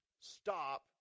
stop